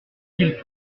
qu’il